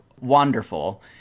Wonderful